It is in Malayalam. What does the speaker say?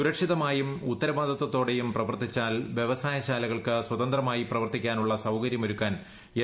സുരക്ഷിതമായും ഉത്തരവാദിത്തത്തോടെയും പ്രവീർത്തിച്ചാൽ വ്യവസായശാലകൾക്ക് സ്വതന്ത്രമായി പ്രവർത്തിക്കാനു്ള്ള സൌകര്യം ഒരുക്കാൻ എൻ